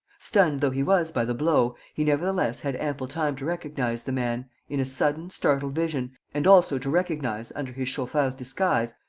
stunned though he was by the blow, he nevertheless had ample time to recognize the man, in a sudden, startled vision, and also to recognize, under his chauffeur's disguise,